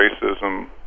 racism